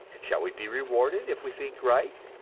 shall we be rewarded if we think right,